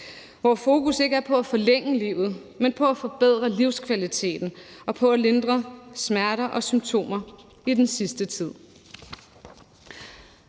hvor fokus ikke er på at forlænge livet, men på at forbedre livskvaliteten og på at lindre smerter og symptomer i den sidste tid.